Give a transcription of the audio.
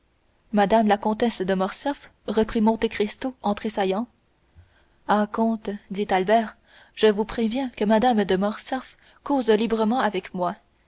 mme la comtesse de morcerf reprit monte cristo en tressaillant ah comte dit albert je vous préviens que mme de morcerf cause librement avec moi